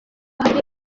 hari